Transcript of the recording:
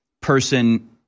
Person